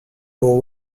pour